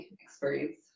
experience